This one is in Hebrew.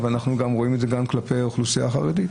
אנחנו רואים את זה גם כלפי האוכלוסייה החרדית,